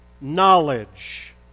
knowledge